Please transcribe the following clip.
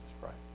Christ